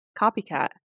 copycat